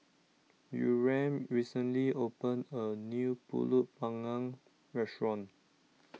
Yurem recently opened a new Pulut Panggang restaurant